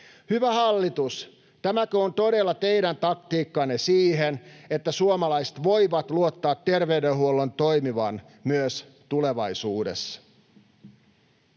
Hyvä hallitus, tämäkö on todella teidän taktiikkaanne siihen, että suomalaiset voivat luottaa terveydenhuollon toimivan myös tulevaisuudessa?